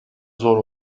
zor